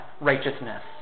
righteousness